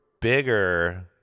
bigger